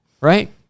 right